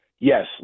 yes